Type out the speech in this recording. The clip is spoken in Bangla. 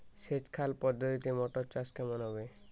সেচ খাল পদ্ধতিতে মটর চাষ কেমন হবে?